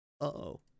Uh-oh